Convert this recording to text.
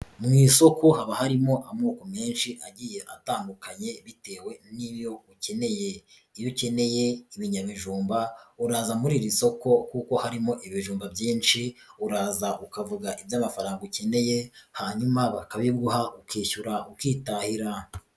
Mu isoko haba harimo amoko menshi agiye atandukanye bitewe n'iyo ukeneye, iyo ukeneye ibinyamijumba uraza muri iri soko kuko harimo ibijumba byinshi uraza ukavuga iby'amafaranga ukeneye, hanyuma bakabiguha ukishyura ukitahira.